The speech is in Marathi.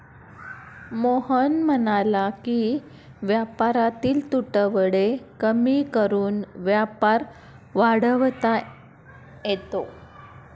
मोहन म्हणाला की व्यापारातील तुटवडे कमी करून व्यापार वाढवता येतो